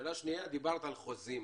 שאלה שנייה, דיברת על חוזים